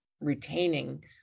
retaining